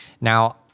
now